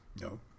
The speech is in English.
No